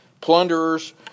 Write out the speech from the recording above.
Plunderers